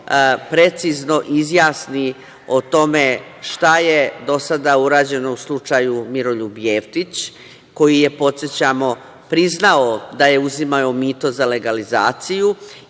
precizno izjasni o tome šta je do sada urađeno u slučaju Miroljub Jeftić koji je, podsećamo, priznao da je uzimao mito za legalizaciju